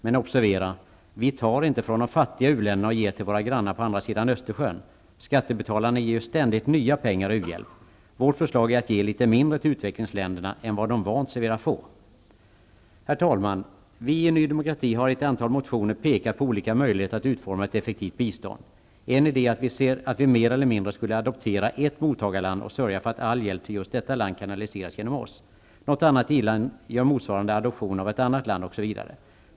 Men observera: vi tar inte från de fattiga u-länderna och ger till våra grannar på andra sidan Östersjön. Skattebetalarna ger ju ständigt nya pengar i uhjälp. Vårt förslag är att ge litet mindre till utvecklingsländerna än vad de vant sig vid att få. Herr talman! Vi i Ny Demokrati har i ett antal motioner pekat på olika möjligheter att utforma ett effektivt bistånd. En idé är att vi mer eller mindre skulle adoptera ett mottagarland och sörja för att all hjälp till just detta land kanaliseras genom oss. Något annat i-land gör motsvarande adoption av ett annat land osv.